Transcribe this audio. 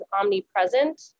omnipresent